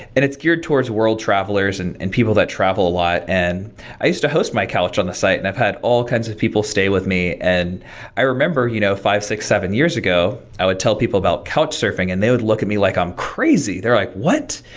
and it's geared towards world travelers and and people that travel a lot. and i used to host my couch on the site and i've had all kinds of people stay with me. and i remember you know five, six, seven years ago, i would tell people about couchsurfing and they would look at me like i'm crazy. they're like, what?